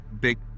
big